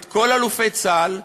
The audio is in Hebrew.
את כל אלופי צה"ל,